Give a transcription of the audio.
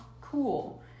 cool